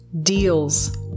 deals